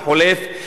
החולף,